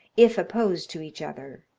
if opposed to each other.